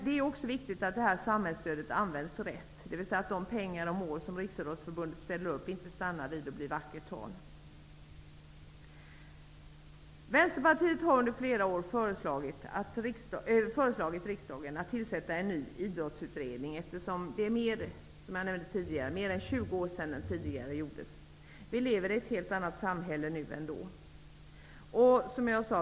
Det är också viktigt att detta samhällsstöd används rätt, dvs. att de program och mål som Riksidrottsförbundet ställer upp inte stannar vid att vara vackra ord. Vänsterpartiet har under flera år föreslagit i riksdagen att det skall tillsättas en ny idrottsutredning, eftersom det är mer än tjugo år sedan den tidigare utredningen gjordes. Vi lever i ett helt annat samhälle nu än vad vi gjorde då.